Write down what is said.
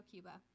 Cuba